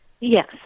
Yes